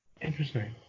Interesting